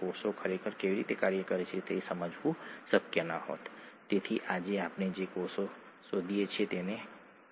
adenine અને thymine વચ્ચે બે હાઇડ્રોજન